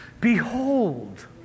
Behold